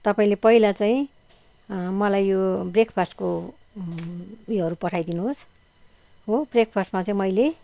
तपाईँले पहिला चाहिँ मलाई यो ब्रेकफास्टको उयोहरू पठाइ दिनुहोस् हो ब्रेकफास्टमा चाहिँ मैले